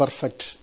perfect